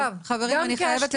חברים, אני חייבת לסיים.